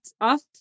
off